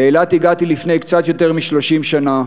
לאילת הגעתי לפני קצת יותר מ-30 שנה,